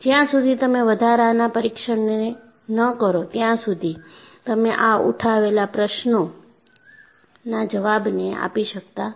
જ્યાં સુધી તમે વધારાના પરીક્ષણને ન કરો ત્યાં સુધી તમે આ ઉઠાવેલા પ્રશ્નોના જવાબને આપી શકતા નથી